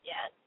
Yes